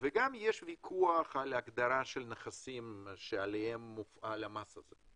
וגם יש ויכוח על הגדרה של נכסים שעליהם מופעל המס הזה.